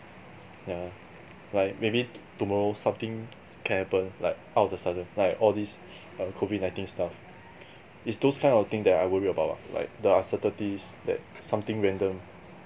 yeah like maybe tomorrow something can happen like out of the sudden like all these err COVID nineteen stuff is those kind of thing that I worry about lah like the uncertainties that something random